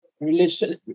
Relation